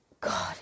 god